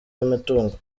y’umutungo